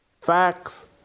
Facts